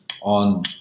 on